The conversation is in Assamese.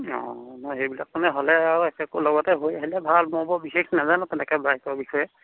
অ নহয় সেইবিলাক মানে হ'লে আৰু একো লগতে হৈ আহিলে ভাল মই বৰ বিশেষ নাজানো তেনেকৈ বাইকৰ বিষয়ে